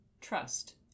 trust